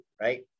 right